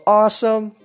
awesome